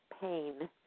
pain